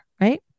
right